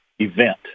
event